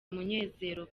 umunezero